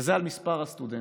זה על מספר הסטודנטים.